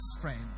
friend